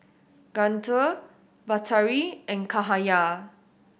Guntur Batari and Cahaya